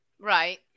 Right